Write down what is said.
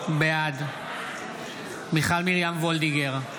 בעד מיכל מרים וולדיגר,